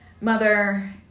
mother